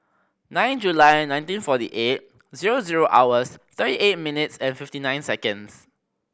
nine July nineteen forty eight zero zero hours thirty eight minutes and fifty nine seconds